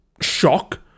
shock